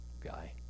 guy